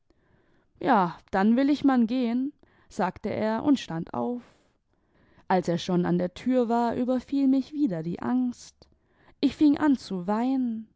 ja dann will ich man gehen sagte er und stand auf als er schon an der tür war überfiel nüch wieder die angst ich fing an zu weinen